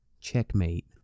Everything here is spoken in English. Checkmate